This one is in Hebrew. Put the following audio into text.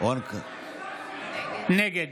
נגד